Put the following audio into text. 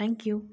thank you